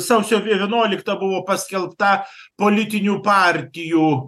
sausio vienuoliktą buvo paskelbta politinių partijų